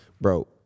Bro